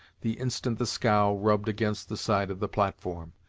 the instant the scow rubbed against the side of the platform.